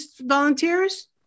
volunteers